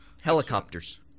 Helicopters